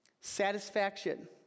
Satisfaction